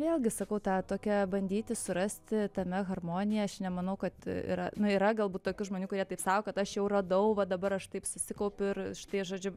vėlgi sakau tą tokią bandyti surasti tame harmoniją aš nemanau kad yra nu yra galbūt tokių žmonių kurie taip sako kad aš jau radau va dabar aš taip susikaupiu ir tai žodžiu